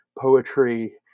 poetry